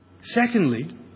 Secondly